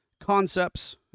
concepts